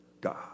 God